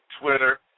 Twitter